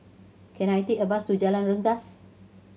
can I take a bus to Jalan Rengas